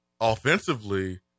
offensively